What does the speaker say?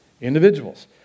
individuals